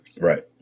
Right